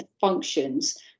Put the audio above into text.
functions